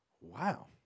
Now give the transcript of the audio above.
wow